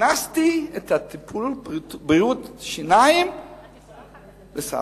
הכנסתי את הטיפול בבריאות שיניים לסל.